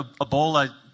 Ebola